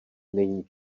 není